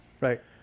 right